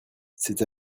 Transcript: c’est